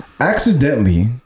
Accidentally